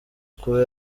kuba